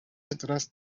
entras